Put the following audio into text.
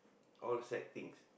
all sad things